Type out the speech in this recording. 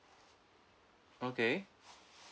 okay